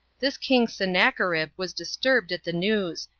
this king sennacherib was disturbed at the news,